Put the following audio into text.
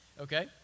Okay